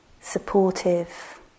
supportive